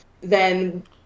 then-